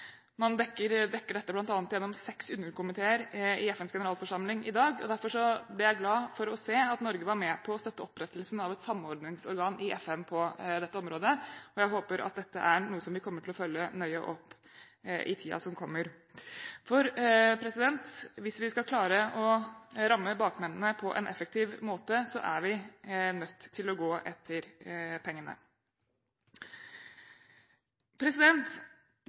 man dette gjennom seks underkomiteer i FNs generalforsamling i dag. Derfor ble jeg glad for å se at Norge var med på å støtte opprettelsen av et samordningsorgan i FN på dette området, så jeg håper at det er noe vi kommer til å følge nøye opp i tiden som kommer. For hvis vi skal klare å ramme bakmennene på en effektiv måte, er vi nødt til å gå etter pengene.